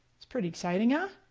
it's pretty exciting, huh?